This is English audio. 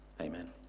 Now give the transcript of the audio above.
Amen